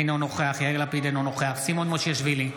אינו נוכח יאיר לפיד, אינו נוכח סימון מושיאשוילי,